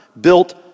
built